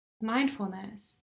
mindfulness